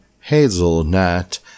hazelnut